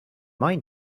mind